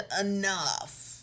enough